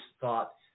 thought